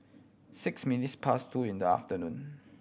six minutes past two in the afternoon